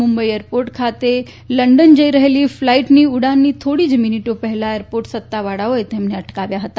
Mumbai airport ખાતે London જઈ રફેલી ફ્લાઈટની ઉડાનની થોડી જ મિનિટો પફેલા એરપોર્ટ સત્તાવાળાઓએ તેમને અટકાવ્યા હતા